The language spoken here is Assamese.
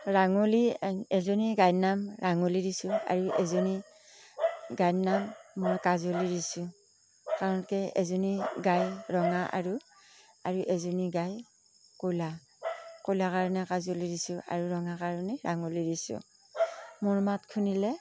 ৰাঙলী এক এজনী গাইৰ নাম ৰাঙলী দিছোঁ আৰু এজনী গাইৰ নাম মই কাজলী দিছোঁ কাৰণ কিয় এজনী গাই ৰঙা আৰু আৰু এজনী গাই ক'লা ক'লা কাৰণে কাজলী দিছোঁ আৰু ৰঙা কাৰণে ৰাঙলী দিছোঁ মোৰ মাত শুনিলে